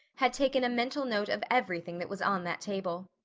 had taken a mental note of everything that was on that table.